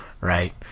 Right